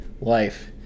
life